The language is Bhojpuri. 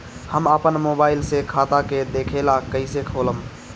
हम आपन मोबाइल से खाता के देखेला कइसे खोलम?